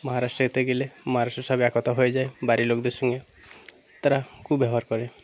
মহারাষ্ট্রেতে গেলে মহারাষ্ট্রের সবে একতা হয়ে যায় বাড়ির লোকদের সঙ্গে তারা খুব ব্যবহার করে